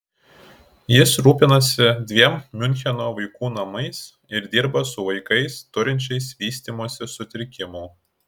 jis rūpinasi dviem miuncheno vaikų namais ir dirba su vaikais turinčiais vystymosi sutrikimų